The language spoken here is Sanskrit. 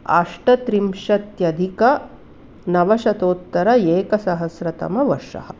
अष्टत्रिंशदधिकनवशतोत्तर एक सहस्रतमवर्षम्